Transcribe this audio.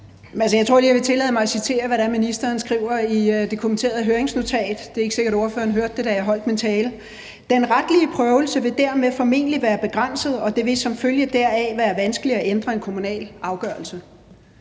jeg vil tillade mig at citere, hvad det er, ministeren skriver i det kommenterede høringsnotat – det er ikke sikkert, at ordføreren hørte det, da jeg holdt min tale: »Den retlige prøvelse vil derved formentlig være begrænset, og det vil som følge deraf være vanskeligt at ændre en kommunal afgørelse.«